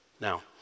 Now